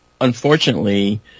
unfortunately